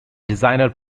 designer